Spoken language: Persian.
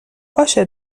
باشه